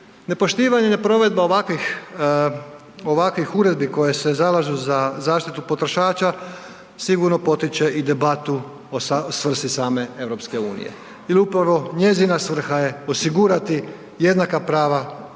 Nepoštivanje i neprovedba ovakvih uredbi koje se zalažu za zaštitu potrošača sigurno potiče i debatu o svrsi same EU jer upravo njezina svrha je osigurati jednaka prava,